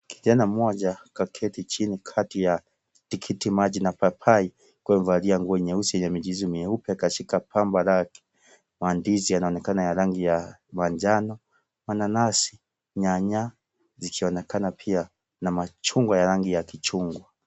Kijana mmoja kaketi chini katikati ya tikitimaji na paipai akiwa amevalia nguo nyeusi yenye michirizi mweupe kashika pamba lake, mandizi yanaonekana ya rangi ya manjano, mananasi ,nyanya zikionekana pia na machungwa ya rangi ya kichungwa.